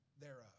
thereof